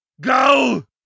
Go